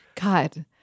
God